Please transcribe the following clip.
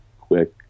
quick